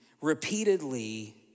repeatedly